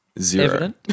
zero